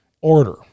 order